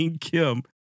Kim